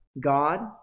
God